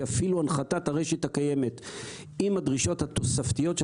שאפילו הנחתת הרשת הקיימת עם הדרישות התוספתיות של